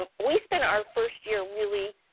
um we spent our first year really,